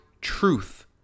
truth